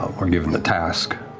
ah were given the task